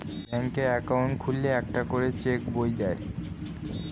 ব্যাঙ্কে অ্যাকাউন্ট খুললে একটা করে চেক বই দেয়